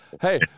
hey